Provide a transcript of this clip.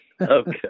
Okay